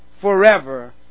forever